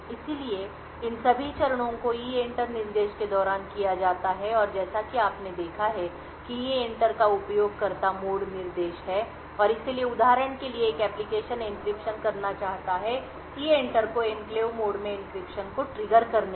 इसलिए इन सभी चरणों को EENTER निर्देश के दौरान किया जाता है और जैसा कि आपने देखा है कि EENTER एक उपयोगकर्ता मोड निर्देश है और इसलिए उदाहरण के लिए एक एप्लिकेशन एन्क्रिप्शन करना चाहता है EENTER को एन्क्लेव मोड में एन्क्रिप्शन को ट्रिगर करने के लिए आमंत्रित करेगा